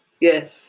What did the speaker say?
Yes